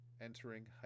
entering